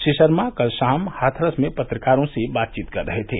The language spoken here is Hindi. श्री शर्मा कल शाम हाथरस में पत्रकारों से बातचीत कर रहे थे